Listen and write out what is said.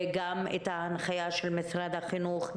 גם ההנחיה של משרד החינוך,